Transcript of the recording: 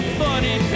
funny